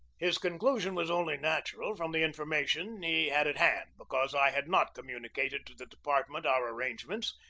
his conclusion was only natural, from the infor mation he had at hand, because i had not commu nicated to the department our arrangements,